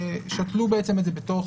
שתלו את זה בתוך